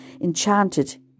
enchanted